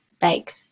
bake